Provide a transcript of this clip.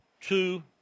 two